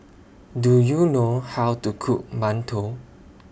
Do YOU know How to Cook mantou